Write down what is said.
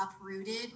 uprooted